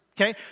Okay